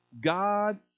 God